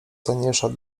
cenniejszą